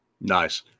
Nice